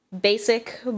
basic